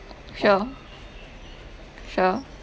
sure sure